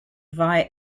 via